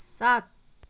सात